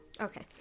Okay